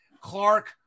Clark